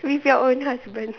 with your own husband